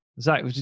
Zach